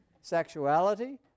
sexuality